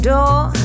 door